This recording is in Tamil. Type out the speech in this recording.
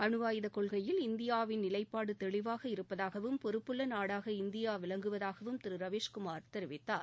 அனு ஆயுத கொள்கையில் இந்தியாவின் நிலை தெளிவாக இருப்பதாகவும் பொறுப்புள்ள நாடாக இந்தியா விளங்குவதாகவும் திரு ரவீஸ்குமார் தெரிவித்தார்